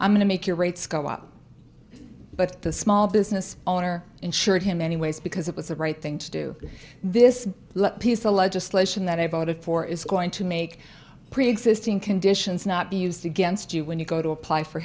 i'm going to make your rates go up but the small business owner insured him anyways because it was the right thing to do this piece the legislation that i voted for is going to make preexisting conditions not be used against you when you go to apply for